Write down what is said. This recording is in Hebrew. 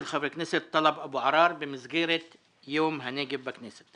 חבר הכנסת טלב אבו עראר במסגרת יום הנגב בכנסת.